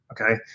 okay